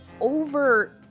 over